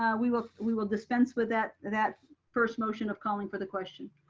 we will we will dispense with that that first motion of calling for the question.